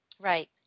Right